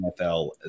NFL